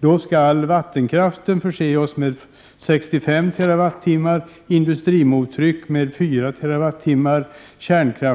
Då skall vattenkraften förse oss med 65 TWh, industrimottryck med 4 TWh,